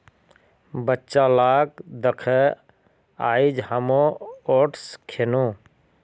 बच्चा लाक दखे आइज हामो ओट्स खैनु